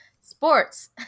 Sports